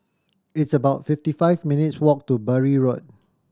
it's about fifty five minutes' walk to Bury Road